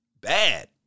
bad